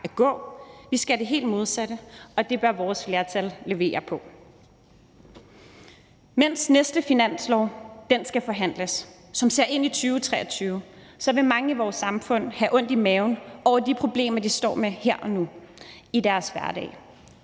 at gå. Vi skal det helt modsatte, og det bør vores flertal levere. Mens næste finanslov, som ser ind i 2023, skal forhandles, så vil mange i vores samfund have ondt i maven over de problemer, de står med her og nu i deres hverdag.